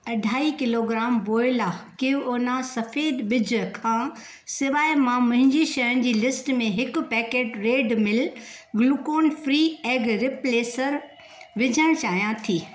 अढाई किलोग्राम वोइला क्विनोआ सफ़ेदु बि॒ज खां सवाइ मां मुंहिंजी शयुनि जी लिस्ट में हिकु पैकेटु red mill gluten free egg replacer विझणु चाहियां थी